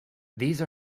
these